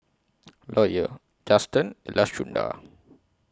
Lawyer Juston and Lashunda